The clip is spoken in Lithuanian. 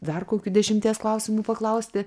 dar kokių dešimties klausimų paklausti